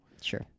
Sure